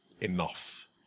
enough